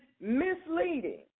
Misleading